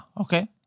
okay